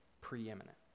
preeminent